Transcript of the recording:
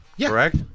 correct